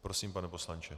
Prosím, pane poslanče.